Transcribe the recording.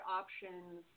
options